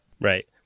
Right